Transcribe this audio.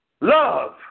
Love